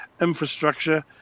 infrastructure